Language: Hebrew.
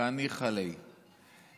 קא ניחא להו".